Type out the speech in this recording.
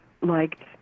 liked